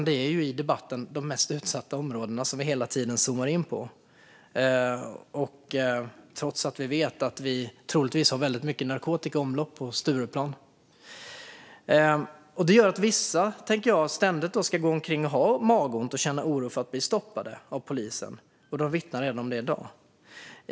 Det är i stället de mest utsatta områdena som vi i debatten hela tiden zoomar in på, trots att vi vet att det är väldigt mycket narkotika i omlopp på Stureplan. Det gör att vissa ständigt ska gå omkring och ha magont och känna oro för att bli stoppade av polisen, och de vittnar även om det i dag.